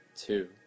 Two